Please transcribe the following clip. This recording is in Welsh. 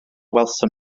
welsom